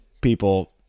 people